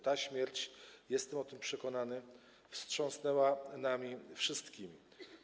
Ta śmierć - jestem o tym przekonany - wstrząsnęła nami wszystkimi.